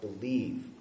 believe